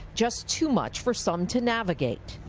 just too much for some to navigate.